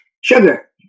sugar